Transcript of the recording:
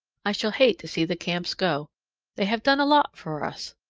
i shall hate to see the camps go they have done a lot for us.